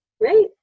right